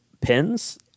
pins